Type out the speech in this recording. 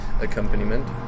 accompaniment